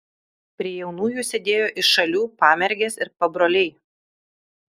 prie jaunųjų sėdėjo iš šalių pamergės ir pabroliai